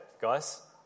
guys